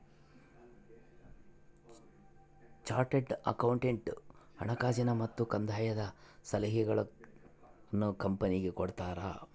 chartered accountant ಹಣಕಾಸಿನ ಮತ್ತು ಕಂದಾಯದ ಸಲಹೆಗಳನ್ನು ಕಂಪನಿಗೆ ಕೊಡ್ತಾರ